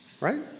right